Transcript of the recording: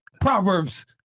Proverbs